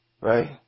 Right